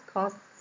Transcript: cause